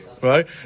Right